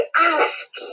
ask